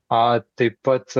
a taip pat